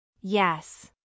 Yes